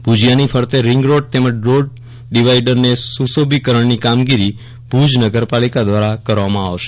ભુજીયાની ફરતે રીંગરોડ તેમજ રોડ ડીવાઈડરને સુશોભીકરણની કામગીરી ભુજ નગરપાલિકા દ્વારા કરવામાં આવશે